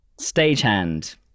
stagehand